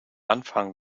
anfang